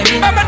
I'ma